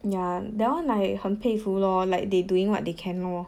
yeah that one like 很佩服 lor like they doing what they can lor